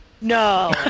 No